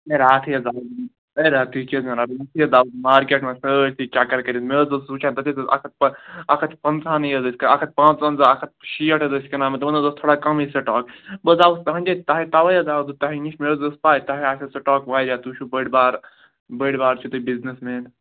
ہے راتھٕے حظ مارکیٚٹ منٛز سٲرسٕے چکر کرِتھ مےٚ حظ اوسُس وُچھان تتہِ حظ ٲسۍ اکھ ہتھ اَکھ ہتھ تہٕ پنٛژہنٕے حظ ٲسۍ اَکھ ہتھ پنٛژٕونٛزہ اَکھ ہتھ تہٕ شیٹھ حظ ٲسی کٕنان تِمن حظ اوس تھوڑا کَمٕے سِٹاک بہٕ حظ آوُس تہنٛدے تَوے حظ آوُس بہٕ تۄہہِ نِش مےٚ حظ ٲسۍ پاے تۄہہِ آسوٕ سِٹاک وارِیاہ تُہۍ چھُۄ بٔڑ بارٕ بٔڑ بار چھُو تُہۍ بِزنِیٚس مین